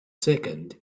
second